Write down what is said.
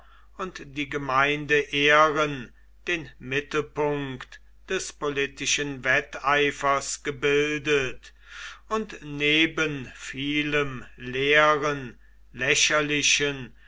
und die gemeindeehren den mittelpunkt des politischen wetteifers gebildet und neben vielem leeren lächerlichen